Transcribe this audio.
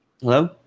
Hello